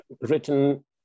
written